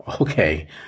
Okay